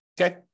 Okay